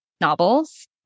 novels